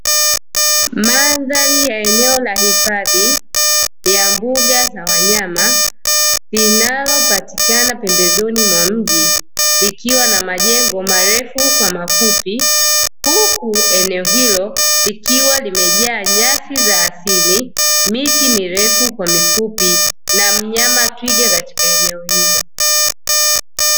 Mandhari ya eneo la hifadhi ya mbuga za wanyama, linalopatikana pembezoni mwa mji likiwa na majengo marefu kwa mafupi. Huku eneo hilo likiwa limejaa nyasi za asili, miti mirefu kwa mifupi, na mnyama twiga katika eneo hilo.